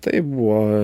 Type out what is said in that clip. tai buvo